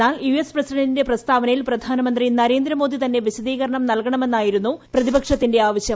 എന്നാൽ ിയ്ക്ക് എസ് പ്രസിഡന്റിന്റെ പ്രസ്താവനയിൽ പ്രധാനമന്ത്രി നരേന്ദ്രമോദി തന്നെ വിശദീകരണം നൽകണമെന്നായിരുന്നു പ്രതിപക്ഷത്തിന്റെ ആവശ്യം